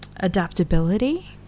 adaptability